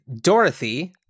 Dorothy